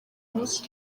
munsi